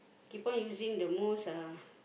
keep on using the most uh